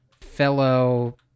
fellow